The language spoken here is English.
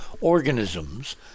organisms